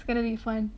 it's going to be fun